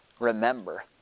Remember